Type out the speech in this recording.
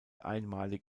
einmalig